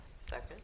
Second